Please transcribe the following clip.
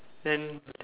then